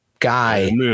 guy